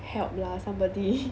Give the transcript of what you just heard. help lah somebody